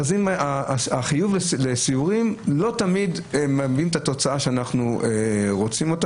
החיוב לסיורים לא תמיד מביא את התוצאה שאנחנו רוצים,